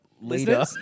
leader